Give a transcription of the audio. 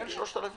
יודעים שהוא איש